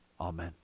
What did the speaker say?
Amen